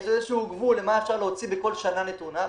יש איזשהו גבול מה אפשר להוציא בכל שנה נתונה.